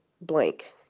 blank